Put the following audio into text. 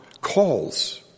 calls